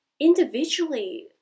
individually